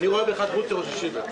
אני רואה בך דמות של ראש ישיבה.